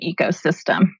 ecosystem